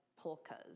polkas